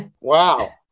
Wow